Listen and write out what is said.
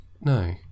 No